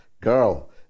Girl